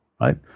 Right